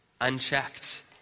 unchecked